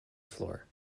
floor